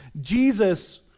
Jesus